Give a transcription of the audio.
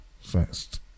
first